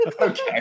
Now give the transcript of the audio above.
Okay